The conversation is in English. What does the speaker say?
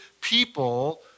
people